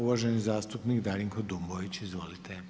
Uvaženi zastupnik Darinko Dumbović, izvolite.